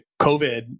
COVID